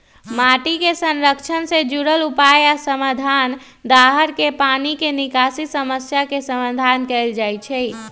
माटी के संरक्षण से जुरल उपाय आ समाधान, दाहर के पानी के निकासी समस्या के समाधान कएल जाइछइ